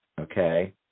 okay